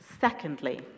Secondly